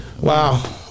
Wow